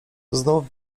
znów